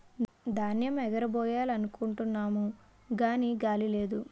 ధాన్యేమ్ ఎగరబొయ్యాలనుకుంటున్నాము గాని గాలి లేదు